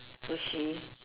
sushi